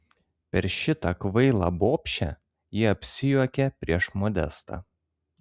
per šitą kvailą bobšę ji apsijuokė prieš modestą